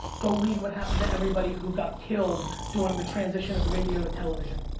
go read what happened to everybody who got killed during the transition of radio to television.